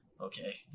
okay